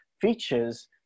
features